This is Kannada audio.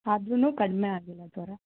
ಅದರೂನೂ ಕಡಿಮೆ ಆಗಿಲ್ಲ ಜ್ವರ